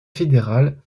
fédéral